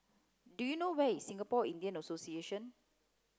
do you know where is Singapore Indian Association